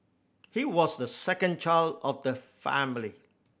he was the second child of the family